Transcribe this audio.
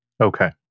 Okay